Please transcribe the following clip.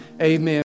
Amen